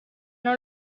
non